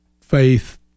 faith